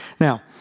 Now